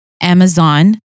Amazon